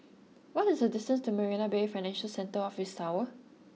what is the distance to Marina Bay Financial Centre Office Tower